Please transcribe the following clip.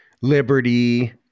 Liberty